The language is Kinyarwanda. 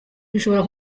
bishobora